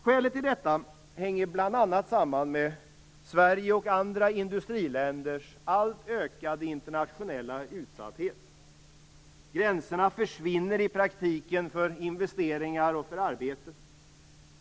Skälet till detta hänger bl.a. samman med Sveriges och andra industriländers allt ökande internationella utsatthet. Gränserna försvinner i praktiken för investeringar och för arbete.